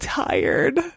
tired